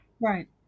Right